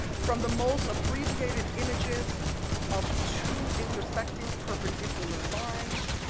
from the most abbreviated images of two intersecting perpendicular lines